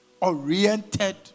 oriented